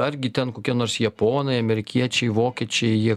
argi ten kokie nors japonai amerikiečiai vokiečiai jie